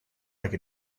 like